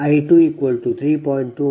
8p